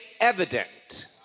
evident